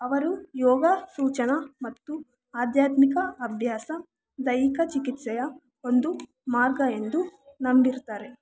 ಅವರು ಯೋಗ ಸೂಚನ ಮತ್ತು ಆಧ್ಯಾತ್ಮಿಕ ಅಭ್ಯಾಸ ದೈಹಿಕ ಚಿಕಿತ್ಸೆಯ ಒಂದು ಮಾರ್ಗ ಎಂದು ನಂಬಿರ್ತಾರೆ